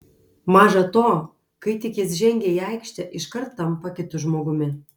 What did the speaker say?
maža to kai tik jis žengia į aikštę iškart tampa kitu žmogumi